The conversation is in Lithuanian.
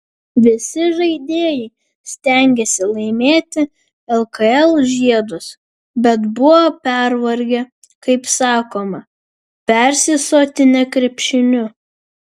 visi žaidėjai stengėsi laimėti lkl žiedus bet buvo pervargę kaip sakoma persisotinę krepšiniu